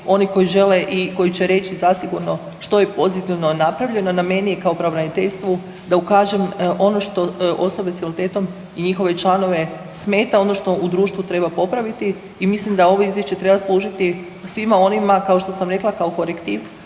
oni koji žele i koji će reći zasigurno što je pozitivno napravljeno, na meni je kao pravobraniteljstvu da ukažem ono što osobe s invaliditetom i njihove članove smeta, ono što u društvu treba popraviti i mislim da ovo izvješće treba služiti svima onima kao što sam rekla, kao korektiv,